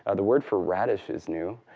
ah the word for radish is knew.